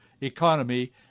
economy